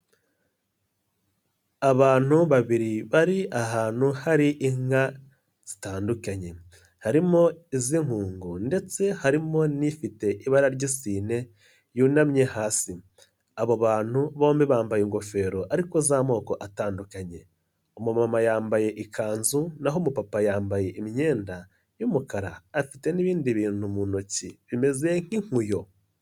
Abantu babiri bari ahantu hari inka zitandukanye, harimo iz'inkungu ndetse harimo n'ifite ibara ry'isine yunamye hasi. Abo bantu bombi bambaye ingofero ariko z'amoko atandukanye. Umumama yambaye ikanzu naho umupapa yambaye imyenda y'umukara, afite n'ibindi bintu mu ntoki bimeze nk'inkuyo.